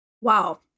Wow